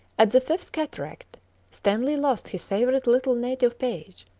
at the fifth cataract stanley lost his favourite little native page-boy,